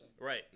Right